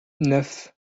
neuf